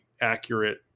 accurate